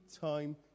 time